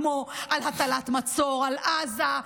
כמו על הטלת מצור על עזה,